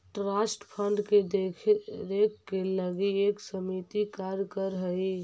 trust fund के देख रेख के लगी एक समिति कार्य कर हई